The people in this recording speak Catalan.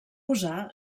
usar